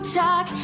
talk